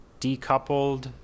decoupled